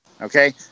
Okay